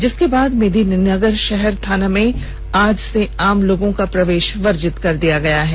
जिसके बाद मेदिनीनगर शहर थाना में आज से आम लोगां का प्रवेश वर्जित कर दिया गया है